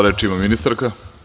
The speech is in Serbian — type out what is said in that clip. Reč ima ministarka.